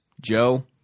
Joe